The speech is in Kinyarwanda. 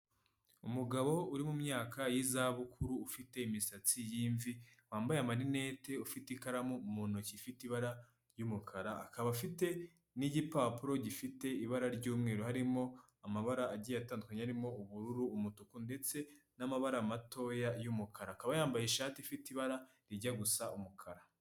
Umugabo uri mu myaka y'izabukuru ufite imisatsi y'imvi wambaye amarinete ufite ikaramu mu ntoki ifite ibara ry'umukara akaba afite n'igipapuro gifite ibara ry'umweru harimo amabara agiye atandukanye harimo ubururu, umutuku ndetse n'amabara matoya y'umukara akaba yambaye ishati ifite ibara rijya gusa umukara.